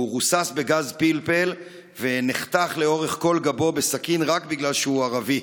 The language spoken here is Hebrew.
הוא רוסס בגז פלפל ונחתך לאורך כל גבו בסכין רק בגלל שהוא ערבי.